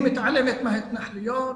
היא מתעלמת מההתנחלויות,